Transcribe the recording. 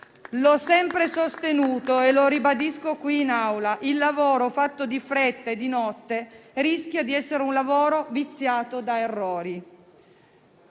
Ho sempre sostenuto - e lo ribadisco qui in Aula - che il lavoro fatto di fretta e di notte rischia di essere viziato da errori.